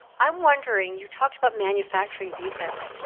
i'm wondering, you talked about manufacturing defects,